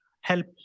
help